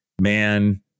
man